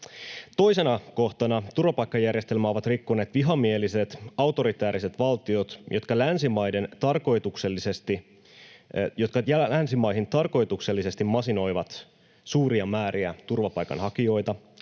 Toisena kohtana turvapaikkajärjestelmää ovat rikkoneet vihamieliset autoritääriset valtiot, jotka masinoivat länsimaihin tarkoituksellisesti suuria määriä turvapaikanhakijoita